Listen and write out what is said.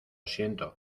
siento